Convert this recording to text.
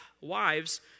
wives